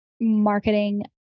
marketing